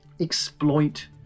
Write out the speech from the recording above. exploit